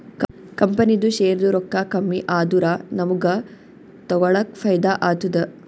ಕಂಪನಿದು ಶೇರ್ದು ರೊಕ್ಕಾ ಕಮ್ಮಿ ಆದೂರ ನಮುಗ್ಗ ತಗೊಳಕ್ ಫೈದಾ ಆತ್ತುದ